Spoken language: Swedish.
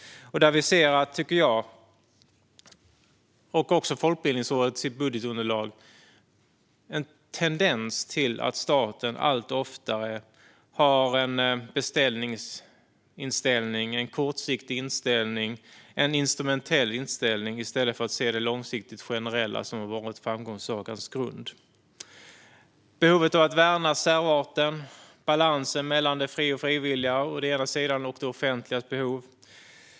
Där ser jag, och även Folkbildningsrådet i sitt budgetunderlag, en tendens till att staten allt oftare har en kortsiktig, instrumentell beställningsinställning, i stället för att se det långsiktigt generella som har varit framgångssagans grund. Det finns ett behov av att värna särarten och hitta en balans mellan det fria och frivilliga å ena sidan och det offentligas behov å andra sidan.